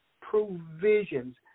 provisions